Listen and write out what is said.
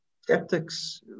Skeptics